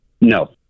No